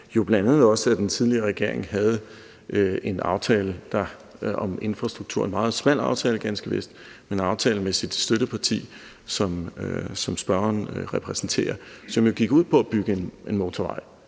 også det, at den tidligere regering havde en aftale om infrastrukturen – ganske vist en meget smal aftale med sit støtteparti, som spørgeren repræsenterer – som jo gik ud på at bygge en motorvej